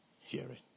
hearing